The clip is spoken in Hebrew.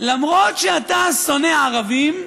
למרות שאתה שונא ערבים,